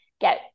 get